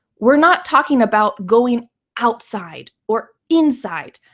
we're not talking about going outside or inside.